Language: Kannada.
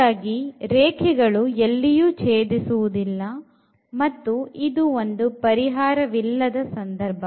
ಹಾಗಾಗಿ ರೇಖೆಗಳು ಎಲ್ಲಿಯೂ ಛೇದಿಸುವುದಿಲ್ಲ ಮತ್ತು ಇದು ಒಂದು ಪರಿಹಾರವಿಲ್ಲದ ಸಂದರ್ಭ